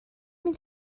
mynd